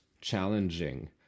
challenging